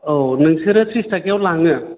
औ नोंसोरो थ्रिस थाखाआव लाङो